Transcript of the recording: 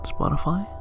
Spotify